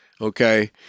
okay